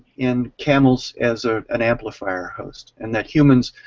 in camels, as ah an amplifier host, and that humans